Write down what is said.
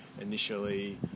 initially